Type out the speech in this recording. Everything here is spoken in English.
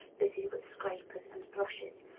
busy with scrapers and brushes.